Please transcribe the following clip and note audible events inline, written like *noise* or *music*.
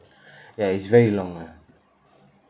*breath* ya it's very long ah